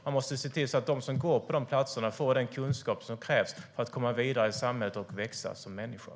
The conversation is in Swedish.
Man måste se till att de som går på de platserna får den kunskap som krävs för att komma vidare i samhället och växa som människor.